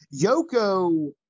Yoko